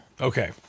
okay